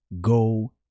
go